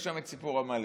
יש שם את סיפור עמלק.